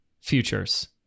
futures